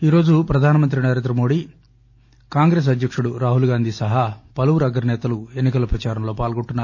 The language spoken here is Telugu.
ఈరోజు ప్రధానమంత్రి నరేంద్రమోడీ కాంగ్రెస్ అధ్యకుడు రాహుల్గాంధీ సహా పలువురు అగ్రసేతలు ఎన్ని కల ప్రచారంలో పాల్గొంటున్నారు